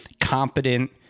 competent